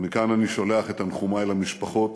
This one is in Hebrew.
ומכאן אני שולח את תנחומי למשפחות